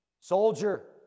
Soldier